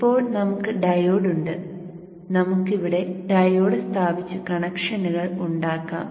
ഇപ്പോൾ നമുക്ക് ഡയോഡ് ഉണ്ട് നമുക്ക് ഇവിടെ ഡയോഡ് സ്ഥാപിച്ച് കണക്ഷനുകൾ ഉണ്ടാക്കാം